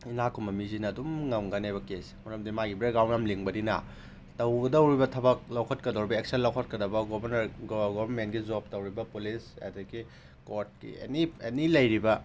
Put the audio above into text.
ꯏꯅꯥꯛ ꯈꯨꯟꯕ ꯃꯤꯁꯤꯅ ꯑꯗꯨꯝ ꯉꯝꯒꯅꯦꯕ ꯀꯦꯁꯁꯦ ꯃꯔꯝꯗꯤ ꯃꯥꯒꯤ ꯕꯦꯛꯒ꯭ꯔꯥꯎꯟ ꯌꯥꯝ ꯂꯤꯡꯕꯅꯤꯅ ꯇꯧꯒꯗꯧꯔꯤꯕ ꯊꯕꯛ ꯂꯧꯈꯠꯀꯗꯧꯔꯤꯕ ꯑꯦꯛꯁꯟ ꯂꯧꯈꯠꯀꯗꯕ ꯒꯣꯕꯔꯃꯦꯟꯒꯤ ꯖꯣꯞ ꯇꯧꯔꯤꯕ ꯄꯨꯂꯤꯁ ꯑꯗꯒꯤ ꯀꯣꯔꯠꯀꯤ ꯑꯦꯅꯤ ꯑꯦꯅꯤ ꯂꯩꯔꯤꯕ